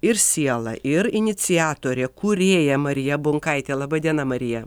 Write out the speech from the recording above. ir siela ir iniciatorė kūrėja marija bunkaitė laba diena marija